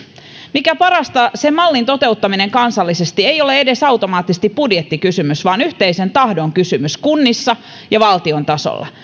mikä parasta sen mallin toteuttaminen kansallisesti ei ole automaattisesti edes budjettikysymys vaan yhteisen tahdon kysymys kunnissa ja valtion tasolla